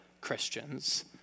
Christians